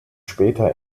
später